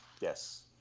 Yes